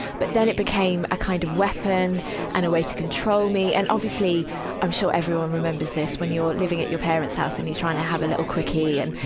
but then it became a kind of weapon and a way to control me. and, obviously i'm sure everyone remembers this, when you're living at your parents' house and you're trying to have a little quickie and,